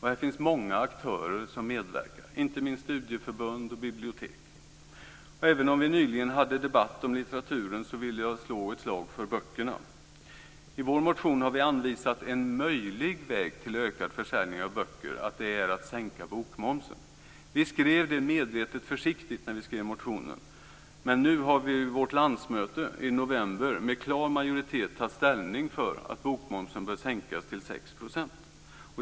Här finns många aktörer som medverkar, inte minst studieförbund och bibliotek. Även om vi nyligen hade en debatt om litteraturen, vill jag slå ett slag för böckerna. I vår motion har vi anvisat en möjlig väg till ökad försäljning av böcker, nämligen att sänka bokmomsen. Vi skrev medvetet försiktigt när vi väckte motionen, men nu tog vi vid vårt landsmöte i november med klar majoritet ställning för att bokmomsen bör sänkas till 6 %.